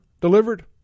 delivered